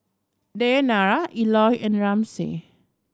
Dayanara Eloy and Ramsey